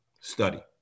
study